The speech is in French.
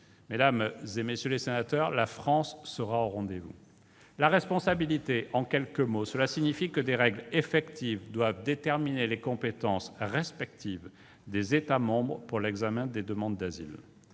Mesdames, messieurs les sénateurs, la France sera au rendez-vous. La responsabilité, cela signifie que des règles effectives doivent déterminer les compétences respectives des États membres pour l'examen des demandes d'asile.